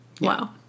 Wow